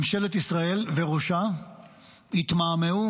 ממשלת ישראל וראשה התמהמהו